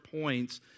points